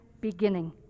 beginning